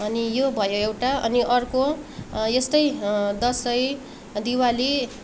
अनि यो भयो एउटा अनि अर्को यस्तै दसैँ दिवाली